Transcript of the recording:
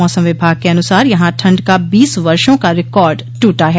मौसम विभाग के अनुसार यहां ठंड का बीस वर्षों का रिकार्ड टूटा है